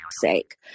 sake